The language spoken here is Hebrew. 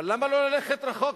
אבל למה ללכת רחוק?